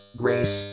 grace